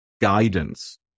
guidance